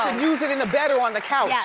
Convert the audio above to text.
um use it in the bed or on the couch. yeah